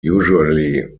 usually